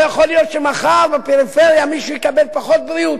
לא יכול להיות שמחר בפריפריה מישהו יקבל פחות בריאות,